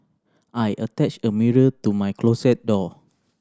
I attached a mirror to my closet door